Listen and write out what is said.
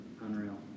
Unreal